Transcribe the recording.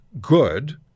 good